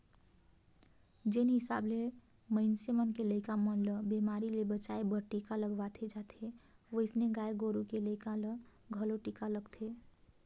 जेन हिसाब ले मनइसे मन के लइका मन ल बेमारी ले बचाय बर टीका लगवाल जाथे ओइसने गाय गोरु के लइका ल घलो टीका लगथे